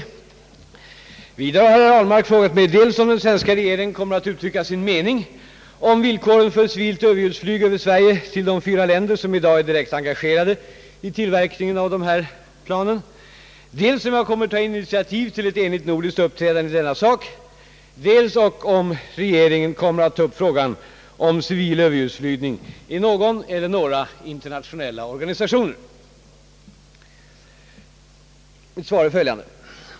Vidare har herr Ahlmark frågat mig dels om den svenska regeringen kommer att uttrycka sin mening om villkoren för civilt överljudsflyg över Sverige till de fyra länder som i dag är direkt engagerade i tillverkningen av de här planen, dels om jag kommer att ta initiativ till ett enigt nordiskt uppträdande i denna sak dels ock om regeringen kommer att ta upp frågan om civil överljudsflygning i någon eller några internationella organisationer. Mitt svar är följande.